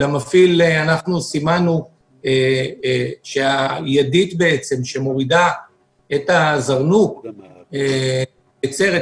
למפעיל אנחנו סימנו שהידית שמורידה את הזרנוק נעצרת.